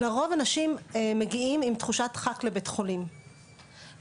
לרוב אנשים מגיעים עם תחושת דחק לבית החולים ובבית